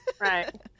Right